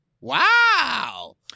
Wow